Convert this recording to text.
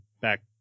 back